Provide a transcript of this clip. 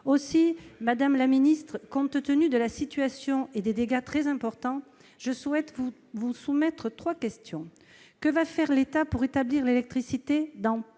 Aussi, madame la ministre, compte tenu de la situation et des dégâts très importants, je souhaite vous soumettre trois questions : que va faire l'État pour rétablir l'électricité